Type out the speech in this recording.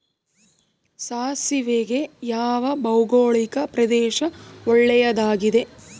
ಸಾಸಿವೆಗೆ ಯಾವ ಭೌಗೋಳಿಕ ಪ್ರದೇಶ ಒಳ್ಳೆಯದಾಗಿದೆ?